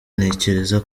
ntekereza